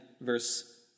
verse